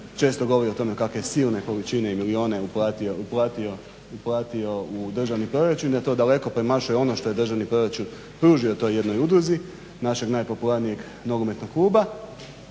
često govori o tome kakve silne količine i milijune je uplatio u državni proračun i da to daleko premašuje ono što je državni proračun pružio toj jednoj udruzi našeg najpopularnijeg nogometnog kluba,